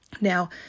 Now